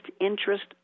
interest